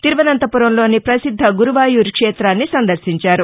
తిరువనంతపురంలోని ప్రసిద్ద గురువాయూర్ క్షేతాన్ని ఆయన సందర్భించారు